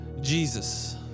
jesus